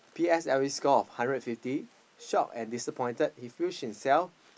P_S_L_E score of hundred and fifty shocked and disappointed he pushed himself